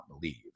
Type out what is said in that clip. believe